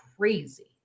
crazy